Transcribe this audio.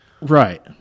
Right